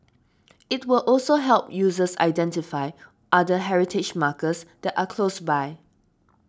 it will also help users identify other heritage markers that are close by